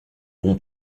bon